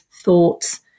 thoughts